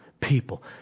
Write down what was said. people